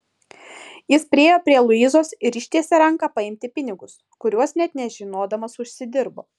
jis priėjo prie luizos ir ištiesė ranką paimti pinigus kuriuos net nežinodamas užsidirbo